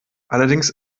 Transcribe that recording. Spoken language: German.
allerdings